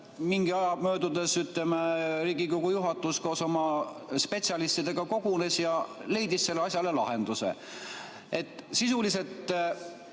mingi aja möödudes Riigikogu juhatus koos oma spetsialistidega kogunes ja leidis sellele asjale lahenduse. Sisuliselt,